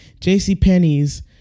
JCPenney's